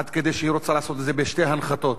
עד כדי כך שהיא רוצה לעשות את זה בשתי הנחתות.